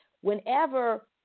Whenever